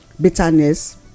bitterness